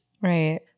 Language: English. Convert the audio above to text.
Right